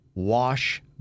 wash